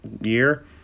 year